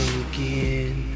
again